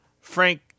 Frank